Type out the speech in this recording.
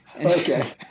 Okay